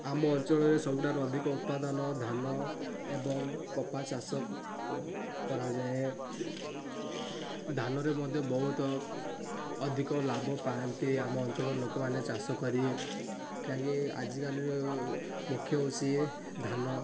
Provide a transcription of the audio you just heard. ଆମ ଅଞ୍ଚଳରେ ସବୁଠାରୁ ଅଧିକ ଉତ୍ପାଦନ ଧାନ ଏବଂ କପାଚାଷ କରାଯାଏ ଧାନରେ ମଧ୍ୟ ବହୁତ ଅଧିକ ଲାଭ ପାଆନ୍ତି ଆମ ଅଞ୍ଚଳର ଲୋକମାନେ ଚାଷ କରି କାହିଁକି ଆଜିକାଲି ମୁଖ୍ୟ ହେଉଛି ଧାନ